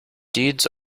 deeds